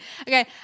Okay